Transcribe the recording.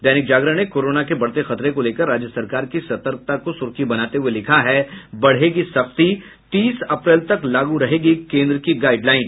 दैनिक जागरण ने कोरोना के बढ़ते खतरे को लेकर राज्य सरकार की सतर्कता को सुर्खी बनाते हुये लिखा है बढ़ेगी सख्ती तीस अप्रैल तक लागू रहेंगी केन्द्र की गाईडलाईन